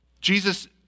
Jesus